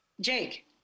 Jake